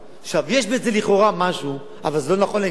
לכאורה יש בזה משהו, אבל זה לא נכון לגמרי.